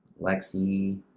Lexi